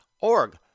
org